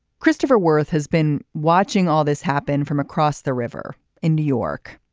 christopher werth has been watching all this happen from across the river in new york.